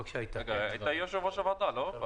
היית יושב-ראש הוועדה, לא?